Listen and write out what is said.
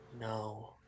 No